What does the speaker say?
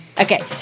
Okay